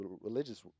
religious